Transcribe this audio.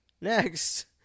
Next